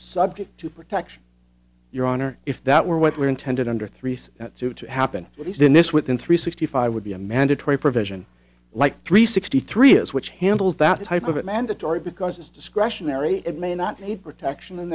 subject to protection your honor if that were what we intended under three to to happen at least in this within three sixty five would be a mandatory provision like three sixty three of which handles that type of it mandatory because it's discretionary it may not need protection and